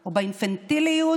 או באינפנטיליות,